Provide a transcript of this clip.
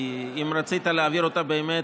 כי אילו רצית להעביר אותה באמת,